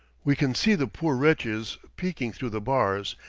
we can see the poor wretches peeping through the bars,